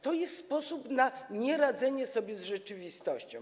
To jest sposób na nieradzenie sobie z rzeczywistością.